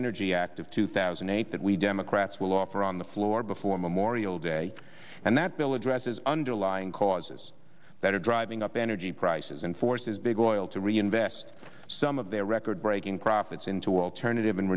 energy act of two thousand and eight that we democrats will offer on the floor before memorial day and that bill addresses underlying causes that are driving up energy prices and forces big oil to reinvest some of their record breaking profits into alternative and